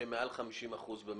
שהם יותר מ-50% במשק,